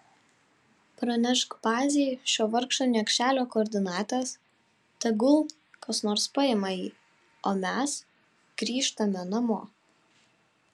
pranešk bazei šio vargšo niekšelio koordinates tegul kas nors paima jį o mes grįžtame namo